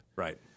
Right